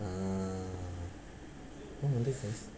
mm mm mm this is